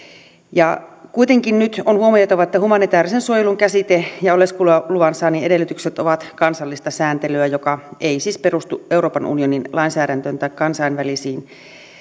kuitenkin nyt on huomioitava että humanitäärisen suojelun käsite ja oleskeluluvan saannin edellytykset ovat kansallista sääntelyä joka ei siis perustu euroopan unionin lainsäädäntöön tai kansainvälisiin